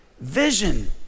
Vision